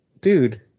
dude